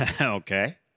okay